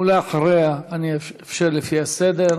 הרווחה והבריאות.